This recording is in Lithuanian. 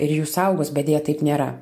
ir jus saugos bet deja taip nėra